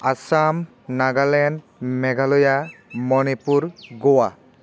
Assam Nagaland Meghalaya Manipur Goa